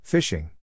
Fishing